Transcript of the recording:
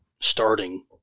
starting